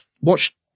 Watch